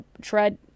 tread